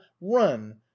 run